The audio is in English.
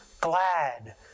glad